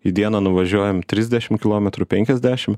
į dieną nuvažiuojam trisdešim kilometrų penkiasdešim